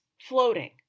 floating